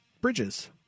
Bridges